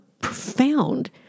profound